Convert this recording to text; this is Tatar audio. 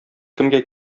кемгә